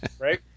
right